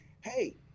hey